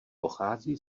pochází